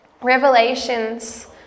Revelations